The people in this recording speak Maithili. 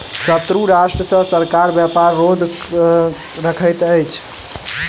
शत्रु राष्ट्र सॅ सरकार व्यापार रोध रखैत अछि